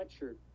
sweatshirt